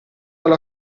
alla